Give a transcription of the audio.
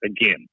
again